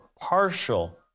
partial